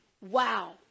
Wow